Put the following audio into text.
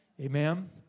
Amen